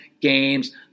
games